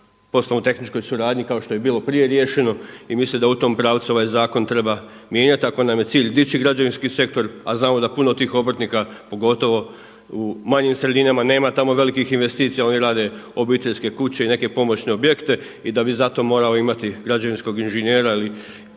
poslovno-tehničkoj suradnji kao što je bilo i prije riješeno. I mislim da u tom pravcu ovaj zakon treba mijenjati ako nam je cilj dići građevinski sektor, a znamo da puno tih obrtnika pogotovo u manjim sredinama nema tamo velikih investicija. Oni rade obiteljske kuće i neke pomoćne objekte i da bi zato morao imati građevinskog inženjera ili